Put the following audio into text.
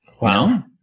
Wow